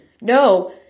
No